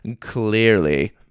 clearly